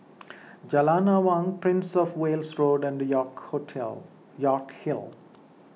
Jalan Awang Prince of Wales Road and York Hotle York Hill